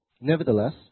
nevertheless